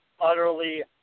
utterly